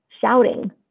shouting